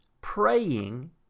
praying